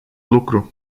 lucru